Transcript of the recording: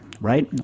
right